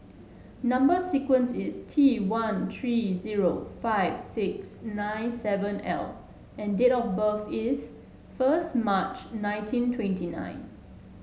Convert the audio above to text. number sequence is T one three zero five six nine seven L and date of birth is first March nineteen twenty nine